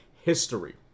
history